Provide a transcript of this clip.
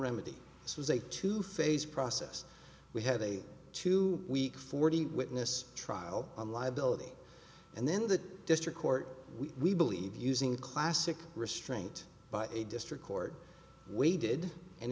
remedy this was a two phase process we had a two week forty witness trial on liability and then the district court we believe using classic restraint by a district court waded and